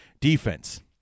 defense